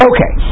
Okay